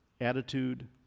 attitude